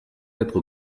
être